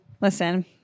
Listen